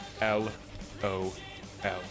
L-O-L